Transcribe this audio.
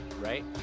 right